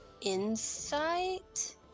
insight